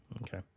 Okay